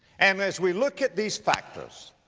and as we look at these factors,